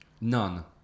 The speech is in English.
None